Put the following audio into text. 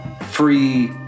free